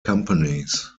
companies